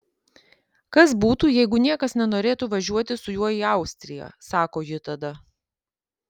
kas būtų jeigu niekas nenorėtų važiuoti su juo į austriją sako ji tada